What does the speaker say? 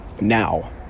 now